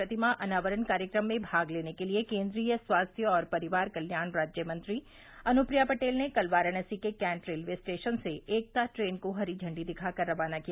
प्रतिमा अनावरण कार्यक्रम में भाग लेने के लिए केन्द्रीय स्वास्थ्य और परिवार कल्याण राज्य मंत्री अनुप्रिया पटेल ने कल वाराणसी के कैंट रेलवे स्टेशन से एकता ट्रेन यात्रा को हरी झंडी दिखा कर रवाना किया